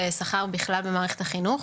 ושכר בכלל במערכת החינוך.